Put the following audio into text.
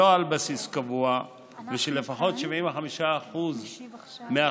שלא על בסיס קבוע ושלפחות 75% מהכנסתו